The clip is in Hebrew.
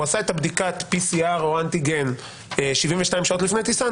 הוא עשה את בדיקת ה-PCR או האנטיגן 72 לפני הטיסה,